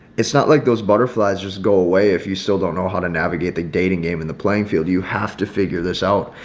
it's not like those butterflies go away. if you still don't know how to navigate the dating game in the playing field, you have to figure this out.